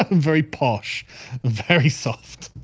and very posh very soft.